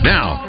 Now